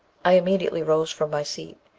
i immediately rose from my seat,